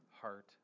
heart